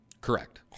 Correct